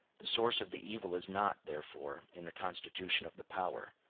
the source of the evil is not, therefore, in the constitution of the power,